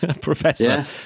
Professor